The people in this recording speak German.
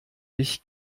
dich